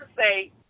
say